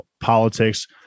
politics